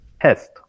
test